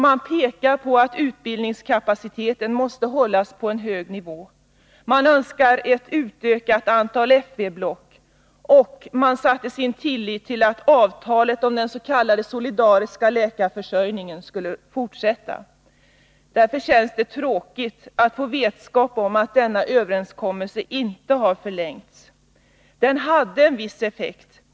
Man pekar på att utbildningskapaciteten måste hållas på en hög nivå, man önskar ett utökat antal FV-block och man har satt sin tillit till att avtalet om den s.k. solidariska läkarförsörjningen skulle fortsätta att gälla. Därför känns det tråkigt att få vetskap om att denna överenskommelse inte har förlängts. Den hade en viss effekt.